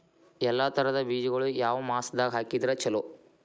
ಎಲ್ಲಾ ತರದ ಬೇಜಗೊಳು ಯಾವ ಮಾಸದಾಗ್ ಹಾಕಿದ್ರ ಛಲೋ?